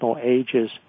ages